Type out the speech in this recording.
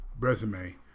resume